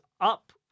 up